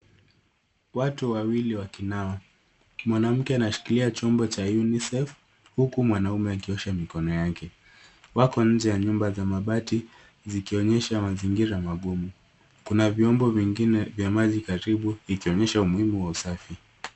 Watu wawili wakinawa. Mwanamke anashikilioa chombo cha Unicef huku mwanaume akiosha mikono yake. Wako nje ya nyuma za mabati zikionyesha mazingira magumu. Kuna vyombo vingine vya maji karibu vikionyesha umuhimu wa usafi.